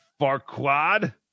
farquad